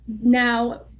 now